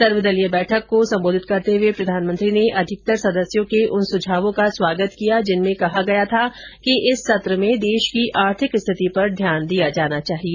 सर्वदलीय बैठक को सम्बोधित करते हुए प्रधानमंत्री ने अधिकतर सदस्यों के उन सुझावों का स्वागत किया जिनमें कहा गया था कि इस सत्र में देश की आर्थिक स्थिति पर ध्यान दिया जाना चाहिए